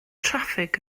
traffig